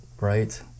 right